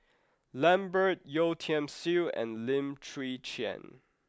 Lambert Yeo Tiam Siew and Lim Chwee Chian